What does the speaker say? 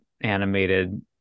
animated